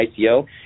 ICO